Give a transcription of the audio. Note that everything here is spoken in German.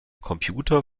computer